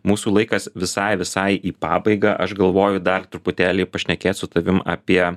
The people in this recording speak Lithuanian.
mūsų laikas visai visai į pabaigą aš galvoju dar truputėlį pašnekėt su tavim apie